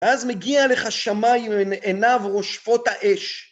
ואז מגיע לך שמאי עם עיניו רושפות האש.